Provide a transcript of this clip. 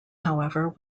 however